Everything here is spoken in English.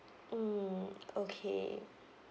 mm okay